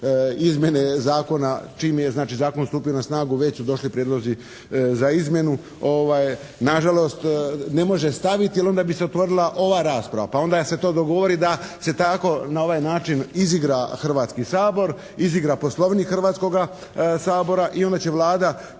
izmjene zakona. Znači, čim je zakon stupio na snagu već su došli prijedlozi za izmjenu. Nažalost, ne može staviti jer onda bi se otvorila ova rasprava. Pa se onda to dogovori da se tako, na ovaj način izigra Hrvatski sabor, izigra Poslovnik Hrvatskog sabora i onda će Vlada